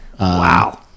wow